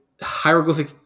Hieroglyphic